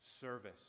service